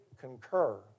concur